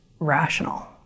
rational